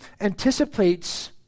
anticipates